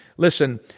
Listen